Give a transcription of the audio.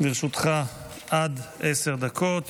לרשותך עד עשר דקות